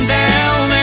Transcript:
down